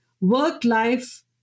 Work-life